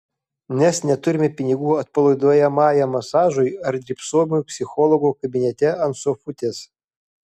nes neturime pinigų atpalaiduojamajam masažui ar drybsojimui psichologo kabinete ant sofutės